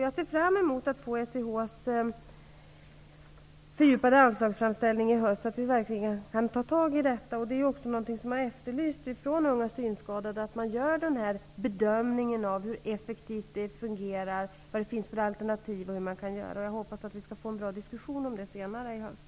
Jag ser fram emot att få SIH:s fördjupade anslagsframställning i höst. Då kan vi verkligen ta tag i detta. Unga synskadade har också efterlyst att man gör den här bedömningen av hur effektivt det fungerar, vad det finns för alternativ och hur man kan göra. Jag hoppas att vi skall få en bra diskussion om det senare i höst.